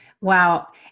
Wow